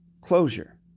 closure